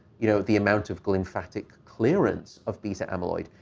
you know, the amount of glymphatic clearance of beta amyloid?